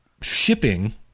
shipping